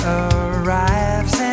arrives